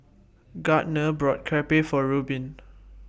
Gardner bought Crepe For Rubin